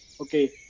Okay